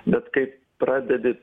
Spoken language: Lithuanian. bet kai pradedi